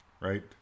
Right